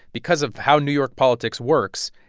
because of how new york politics works,